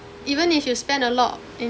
even if you spend a lot in